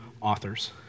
authors